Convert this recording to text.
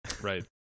Right